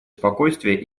спокойствия